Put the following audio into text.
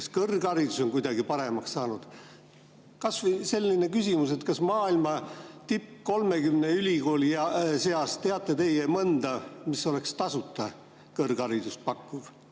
Kas kõrgharidus on kuidagi paremaks saanud? Kas või selline küsimus: kas maailma 30 tippülikooli seas teate teie mõnda, mis oleks tasuta kõrgharidust pakkuv?